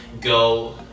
go